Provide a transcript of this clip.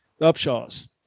Upshaws